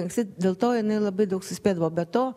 anksti dėl to jinai labai daug suspėdavo be to